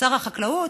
שר החקלאות,